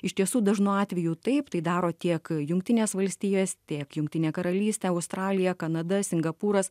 iš tiesų dažnu atveju taip tai daro tiek jungtinės valstijos tiek jungtinė karalystė australija kanada singapūras